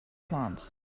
plants